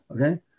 okay